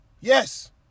Yes